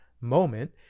moment